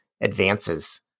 advances